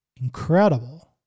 incredible